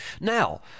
Now